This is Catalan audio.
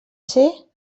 ser